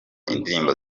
indirimbo